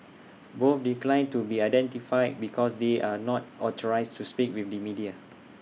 both declined to be identified because they are not authorised to speak with the media